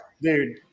dude